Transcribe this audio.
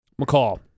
McCall